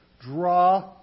draw